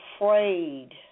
afraid